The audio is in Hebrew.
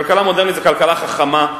כלכלה מודרנית זו כלכלה חכמה,